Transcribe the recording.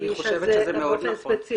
אני חושבת שזה נכון מאוד.